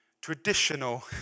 traditional